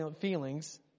feelings